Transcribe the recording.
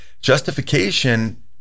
justification